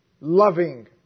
loving